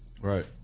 right